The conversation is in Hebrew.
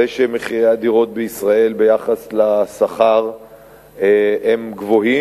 זה שמחירי הדירות בישראל ביחס לשכר הם גבוהים,